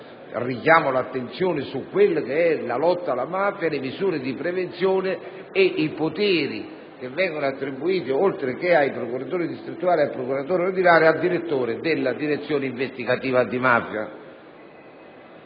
vostra attenzione - sul versante della lotta alla mafia, delle misure di prevenzione e dei poteri che vengono attribuiti oltre che ai procuratori distrettuali e al procuratore ordinario, al direttore della Direzione investigativa antimafia.